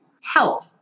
help